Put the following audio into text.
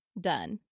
done